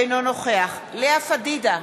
אינו נוכח לאה פדידה,